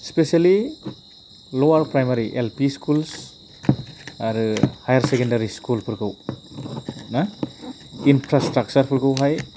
specially lower primary L P schools आरो higher secondary स्कुलफोरखौ infrastructure फोरखौहाय